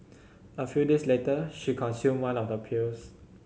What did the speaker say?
a few days later she consumed one of the pills